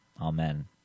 Amen